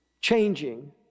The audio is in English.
changing